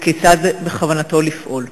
2. כיצד בכוונתו לפעול?